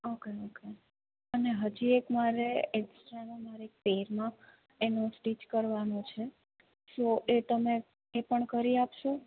okay okay અને હજી એક મારે એક છે ને મારે પેરમાં એનું સ્ટીચ કરવાનું છે તો એ તમે એ પણ કરી આપશો